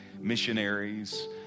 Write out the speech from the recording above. missionaries